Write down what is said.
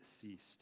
ceased